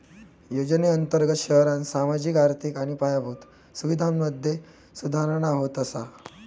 योजनेअंर्तगत शहरांत सामाजिक, आर्थिक आणि पायाभूत सुवीधांमधे सुधारणा होत असा